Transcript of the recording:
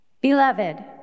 Beloved